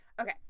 okay